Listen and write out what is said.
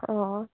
অঁ